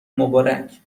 مبارک